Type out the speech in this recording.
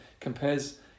compares